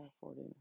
Forty